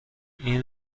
این